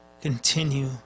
continue